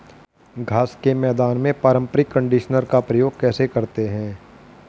घास के मैदान में पारंपरिक कंडीशनर का प्रयोग कैसे करते हैं?